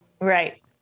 Right